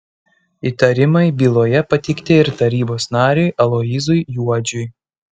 įtarimai byloje pateikti ir tarybos nariui aloyzui juodžiui